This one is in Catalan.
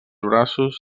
braços